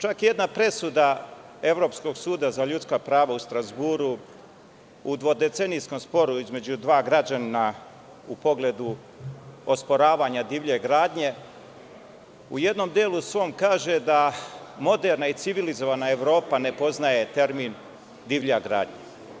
Čak jedna presuda Evropskog suda za ljudska prava u Strazburu u dvodecenijskom sporu između dva građanina u pogledu osporavanja divlje gradnje, u jednom svom delu kaže da moderna i civilizovana Evropa ne poznaje termin „divlja gradnja“